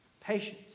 patience